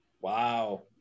wow